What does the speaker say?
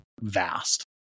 vast